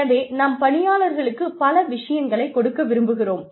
எனவே நாம் பணியாளர்களுக்கு பல விஷயங்களைக் கொடுக்க விரும்புகிறோம்